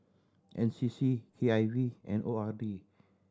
N C C K I V and O R D